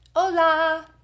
Hola